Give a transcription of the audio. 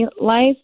life